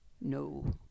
no